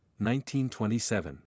1927